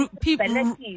people